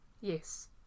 Yes